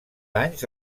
anys